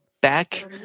back